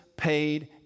paid